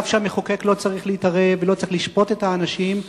ואף שהמחוקק לא צריך להתערב ולא צריך לשפוט את האנשים,